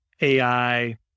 AI